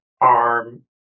arm